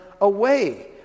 away